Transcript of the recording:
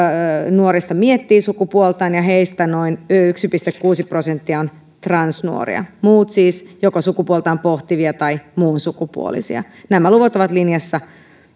nuorista miettii sukupuoltaan ja heistä noin yksi pilkku kuusi prosenttia on transnuoria muut siis joko sukupuoltaan pohtivia tai muunsukupuolisia nämä luvut ovat linjassa